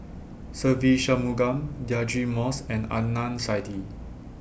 Se Ve Shanmugam Deirdre Moss and Adnan Saidi